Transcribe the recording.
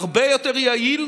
הרבה יותר יעיל,